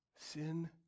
sin